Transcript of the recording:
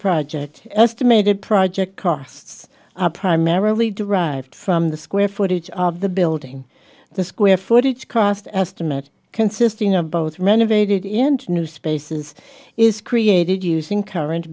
project estimated project costs are primarily derived from the square footage of the building the square footage cost estimate consisting of both renovated into new spaces is created using current